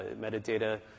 metadata